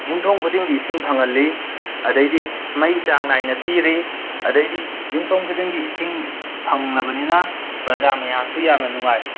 ꯌꯨꯝꯊꯣꯡ ꯈꯨꯗꯤꯡꯒꯤ ꯏꯁꯤꯡ ꯐꯪꯍꯜꯂꯤ ꯑꯗꯩꯗꯤ ꯃꯩ ꯆꯥꯡ ꯅꯥꯏꯅ ꯄꯤꯔꯤ ꯑꯗꯩꯗꯤ ꯌꯨꯝꯊꯣꯡ ꯈꯨꯗꯤꯡꯒꯤ ꯏꯁꯤꯡ ꯐꯪꯉꯕꯅꯤꯅ ꯄ꯭ꯔꯖꯥ ꯃꯌꯥꯝꯁꯨ ꯌꯥꯝꯅ ꯅꯨꯡꯉꯥꯏ